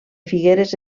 figueres